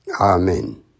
Amen